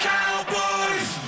Cowboys